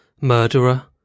murderer